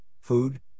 food